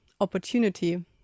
opportunity